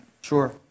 Sure